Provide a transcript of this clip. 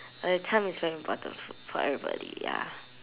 but the time is very important f~ for everybody ya